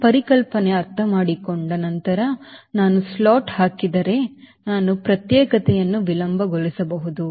ಈ ಪರಿಕಲ್ಪನೆಯನ್ನು ಅರ್ಥಮಾಡಿಕೊಂಡ ನಂತರ ನಾನು ಸ್ಲಾಟ್ ಹಾಕಿದರೆ ನಾನು ಪ್ರತ್ಯೇಕತೆಯನ್ನು ವಿಳಂಬಗೊಳಿಸಬಹುದು